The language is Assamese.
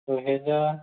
ছয়হেজাৰ